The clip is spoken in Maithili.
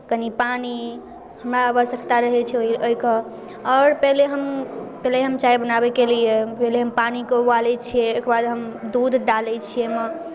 कनि पानि हमरा आवश्यकता रहै छै ओहि ओहिके आओर पहिले हम पहिले हम चाय बनाबैके लिए पहिले हम पानिके उबालैत छियै ओहिके बाद हम दूध डालै छियै ओहिमे